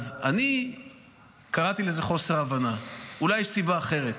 אני קראתי לזה חוסר הבנה, ואולי יש סיבה אחרת.